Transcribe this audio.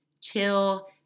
Chill